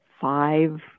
five